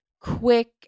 quick